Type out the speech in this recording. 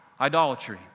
idolatry